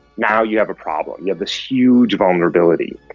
now you have a problem, you have this huge vulnerability,